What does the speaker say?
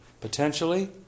potentially